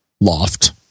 loft